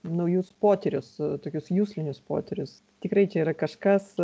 naujus potyrius tokius juslinius potyrius tikrai čia yra kažkas